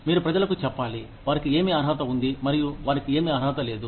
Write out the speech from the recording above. మీరు ప్రజలకు చెప్పాలి వారికి ఏమి అర్హత ఉంది మరియు వారికి ఏమీ అర్హత లేదు